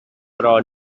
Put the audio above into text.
però